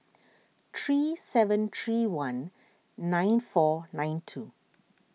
three seven three one nine four nine two